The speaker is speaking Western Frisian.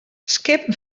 skippen